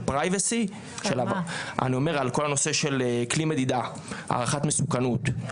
בכל הנושא של כלי מדידה, הערכת מסוכנות.